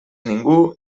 ningú